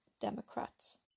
democrats